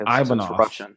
Ivanov